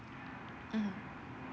mm